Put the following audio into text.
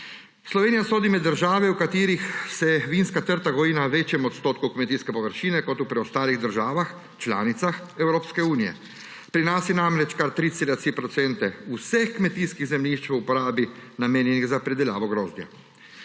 Slovenija sodi med države, v katerih se vinska trta goji na večjem odstotku kmetijske površine kot v preostalih državah članicah Evropske unije. Pri nas je namreč kar 3,4 % vseh kmetijskih zemljišč v uporabi namenjenih za pridelavo grozdja.